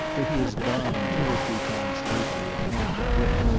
for he has dined two or three times lately at hampton wick,